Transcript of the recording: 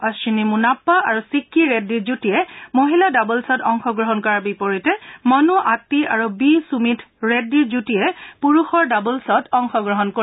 অধিনী মুনাপ্পা আৰু ছিক্কি ৰেড্ডীৰ যুটীয়ে মহিলা ডাবল্ছত অংশগ্ৰহণ কৰাৰ বিপৰীতে মনো আটী আৰু বি সুমীথ ৰেড্ডীৰ যুটীয়ে পুৰুষৰ ডাবল্ছত অংশগ্ৰহণ কৰিব